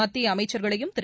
மத்திய அமைச்சர்களையும் திரு